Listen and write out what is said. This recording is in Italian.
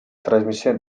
trasmissione